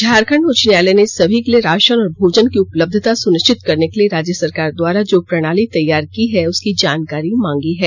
झारखंड उच्च न्यायालय ने सभी के लिए राशन और भोजन की उपलब्धता सुनिश्चित करने के राज्य सरकार द्वारा जो प्रणाली तैयार की है उसकी जानकारी मांगी है